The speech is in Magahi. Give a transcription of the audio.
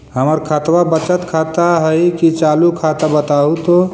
हमर खतबा बचत खाता हइ कि चालु खाता, बताहु तो?